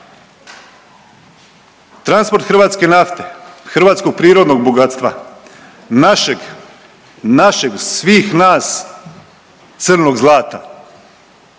Transport hrvatske nafte, hrvatskog prirodnog bogatstva, našeg, našeg, svih nas, crnog zlata,